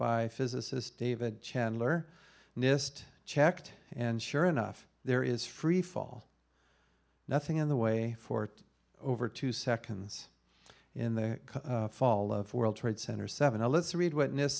by physicist david chandler nist checked and sure enough there is freefall nothing in the way for over two seconds in the fall of world trade center seven a let's read witness